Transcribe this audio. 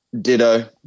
Ditto